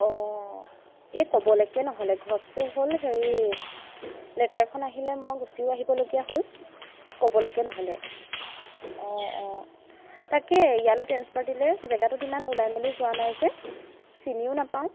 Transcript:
অঁ এই ক'বলৈকে নহ'লে ঘপচে হ'ল হেৰি লেটাৰখন আহিলে মই গুচিয়ো আহিবলগীয়া হ'ল ক'বলৈকে নহ'লে অঁ অঁ তাকেই ইয়ালৈ ট্ৰেন্সফাৰ দিলে জেগাটোত ইমান ওলাই মেলি যোৱা নাই যে চিনিয়ো নাপাওঁ